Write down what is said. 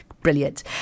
Brilliant